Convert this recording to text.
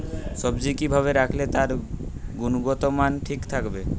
সবজি কি ভাবে রাখলে তার গুনগতমান ঠিক থাকবে?